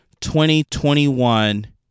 2021